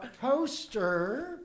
poster